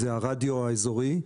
הרדיו האזורי.